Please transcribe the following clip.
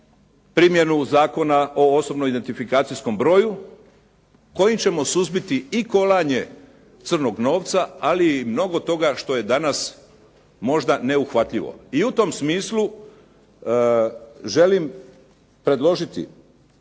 primjenu Zakona o osobnom identifikacijskom broju kojim ćemo suzbiti i kolanje crnog novca, ali i mnogo toga što je danas možda neuhvatljivo. I u tom smislu želim predložiti